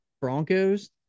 Broncos